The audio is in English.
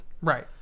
Right